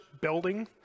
building